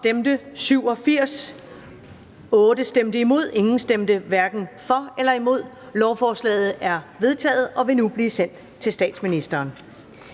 stemte 12 (KF, NB og LA), hverken for eller imod stemte 0. Lovforslaget er vedtaget og vil nu blive sendt til statsministeren.